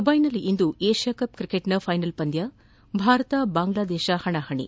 ದುಬೈನಲ್ಲಿಂದು Asia Cup ಕ್ರಿಕೆಟ್ನ final ಪಂದ್ಯ ಭಾರತ ಬಾಂಗ್ಲಾದೇಶ ಹಣಾಹಣಿ